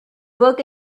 book